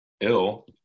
ill